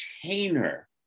container